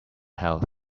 health